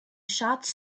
shots